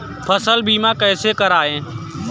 फसल बीमा कैसे कराएँ?